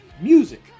music